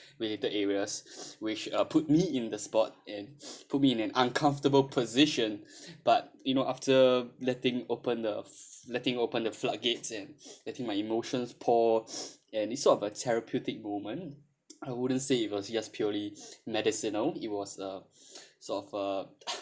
related areas which uh put me in the spot and put me in an uncomfortable position but you know after letting open the letting open the floodgates and letting my emotions pour and it's sort of a therapeutic moment I wouldn't say it was just purely medicinal it was a so of a